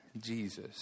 Jesus